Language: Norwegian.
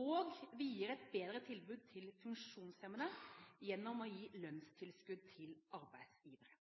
og vi gir et bedre tilbud til funksjonshemmede gjennom å gi lønnstilskudd til arbeidsgivere.